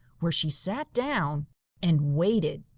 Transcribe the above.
where she sat down and waited.